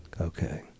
Okay